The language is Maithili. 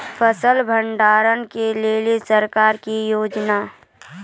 फसल भंडारण के लिए सरकार की योजना?